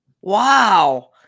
Wow